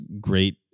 great